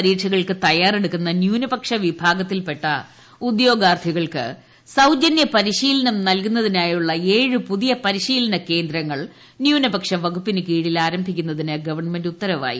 പരീക്ഷകൾക്ക് തയ്യാറെടുക്കുന്ന ന്യൂനപക്ഷ വിഭാഗത്തിൽപ്പെട്ട ഉദ്യോഗാർത്ഥികൾക്ക് സൌജന്യ പരിശീലനം നൽകുന്നതിനായുള്ള ഏഴ് പുതിയ പരിശീലന കേന്ദ്രങ്ങൾ ന്യൂനപക്ഷ വകുപ്പിന് കീഴിൽ ആരംഭിക്കുന്നതിന് ഗവൺമെന്റ് ഉത്തരവായി